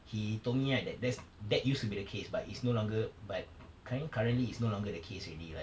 he told me right that that's that used to be the case but it's no longer but cu~ currently it's no longer the case already like